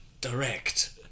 direct